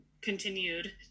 continued